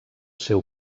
seu